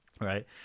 right